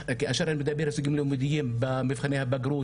הישגים לימודיים במבחני הבגרות,